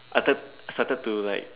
started started to like